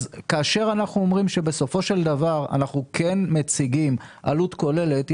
כאשר אנחנו אומרים שבסופו של דבר אנחנו מציגים עלות כוללת,